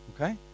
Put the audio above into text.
Okay